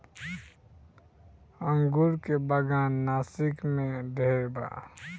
अंगूर के बागान नासिक में ढेरे बा